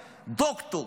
דוקטור.